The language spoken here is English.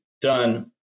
done